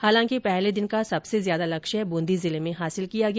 हालांकि पहले दिन का सबसे ज्यादा लक्ष्य बूंदी जिले में हासिल किया गया